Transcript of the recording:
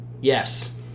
Yes